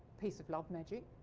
piece of love magic.